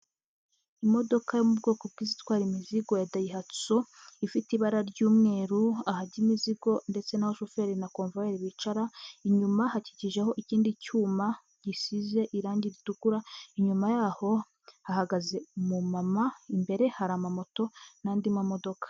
Imodoka yo mu bwoko bw'izitwara imizigo ya dayihatso, ifite ibara ry'umweru ahajya imizigo, ndetse n'aho shoferi na komvuwayeri bicara, inyuma hakikijeho ikindi cyuma gisize irangi ritukura, inyuma y'aho hahagaze umumama, imbere hari amamoto n'andi mamodoka.